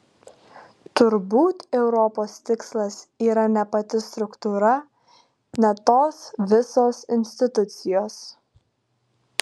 turbūt europos tikslas yra ne pati struktūra ne tos visos institucijos